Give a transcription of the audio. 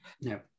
no